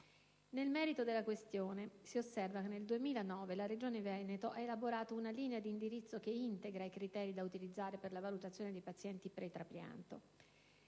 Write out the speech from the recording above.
Nel merito della questione, si osserva che nel 2009 la Regione Veneto ha elaborato una linea di indirizzo che integra i criteri da utilizzare per la valutazione dei pazienti pre-trapianto.